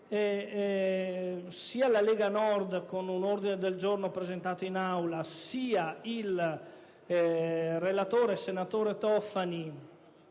sia la Lega Nord, con un ordine del giorno presentato in Aula, sia il relatore, senatore Tofani,